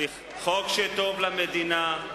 זה חוק שטוב למדינה.